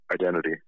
identity